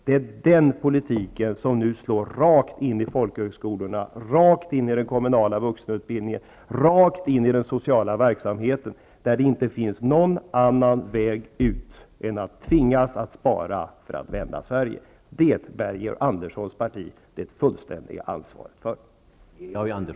Det är denna politik som nu slår rakt in i folkhögskolorna, rakt in den kommunala vuxenutbildningen och rakt in i den sociala verksamheten, där det inte finns någon annan väg ut än att tvingas att spara för att vända Sverige. Detta bär Georg Anderssons parti det fullständiga ansvaret för.